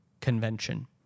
convention